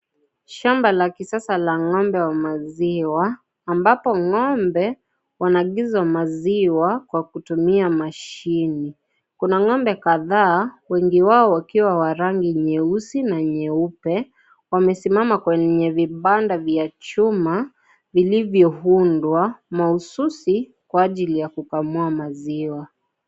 Shamba la kisasa la ng'ombe wa maziwa ambapo ng'ombe wanaagizwa maziwa kwa kutumia mashine. Kuna ng'ombe kadhaa wengi wao wakiwa wa rangi nyeusi na nyeupe wamesimama kwenye vibanda za chuma vilivyoundwa mahususi kwa ajili ya kukamua maziwa.